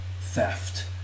theft